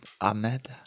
Ahmed